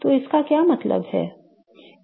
तो इसका क्या मतलब है